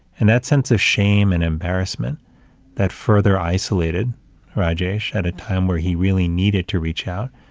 and that sense of shame and embarrassment that further isolated rajesh at a time where he really needed to reach out,